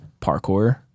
parkour